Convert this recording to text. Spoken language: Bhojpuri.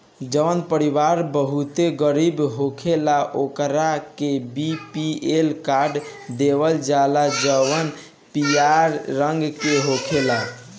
जवन परिवार बहुते गरीब होखेला ओकरा के बी.पी.एल कार्ड देवल जाला जवन पियर रंग के होखेला